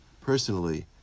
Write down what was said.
personally